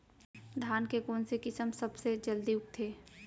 धान के कोन से किसम सबसे जलदी उगथे?